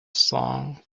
song